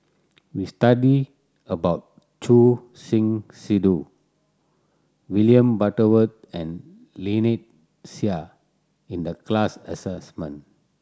we study about Choor Singh Sidhu William Butterworth and Lynnette Seah in the class assignment